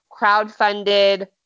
crowdfunded